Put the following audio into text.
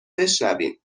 بشنویم